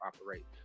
operate